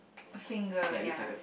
finger ya